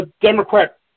Democrat